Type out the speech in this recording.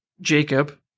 Jacob